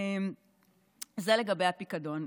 זה לגבי הפיקדון.